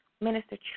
minister